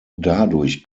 dadurch